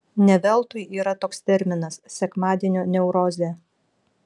ne veltui yra toks terminas sekmadienio neurozė